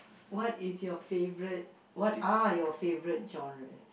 what is your favourite what are your favourite genres